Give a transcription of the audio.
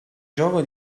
gioco